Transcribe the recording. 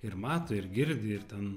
ir mato ir girdi ir ten